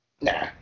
Nah